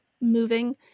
moving